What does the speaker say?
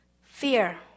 Fear